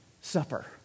supper